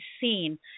seen